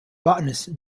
botanist